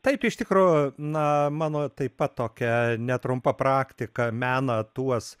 taip iš tikro na mano taip pat tokia netrumpa praktika mena tuos